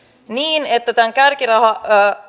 niin että tämän kärkirahan